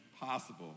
possible